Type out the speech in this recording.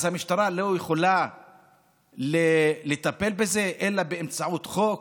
המשטרה לא יכולה לטפל בזה אלא באמצעות חוק